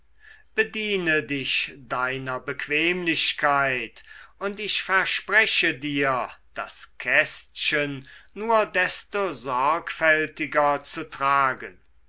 bediene dich deiner bequemlichkeit und ich verspreche dir das kästchen nur desto sorgfältiger zu tragen